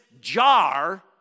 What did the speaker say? jar